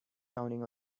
counting